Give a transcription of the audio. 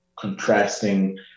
contrasting